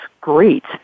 great